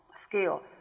scale